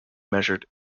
measured